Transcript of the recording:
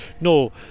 No